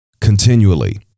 continually